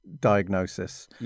diagnosis